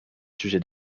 sujets